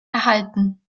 erhalten